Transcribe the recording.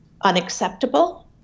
unacceptable